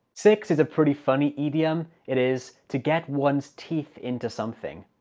six is a pretty funny idiom it is to get one's teeth into something.